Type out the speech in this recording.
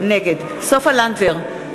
נגד סופה לנדבר,